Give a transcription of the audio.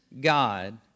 God